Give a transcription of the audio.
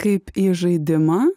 kaip į žaidimą